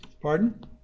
Pardon